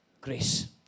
Grace